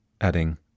adding